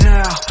now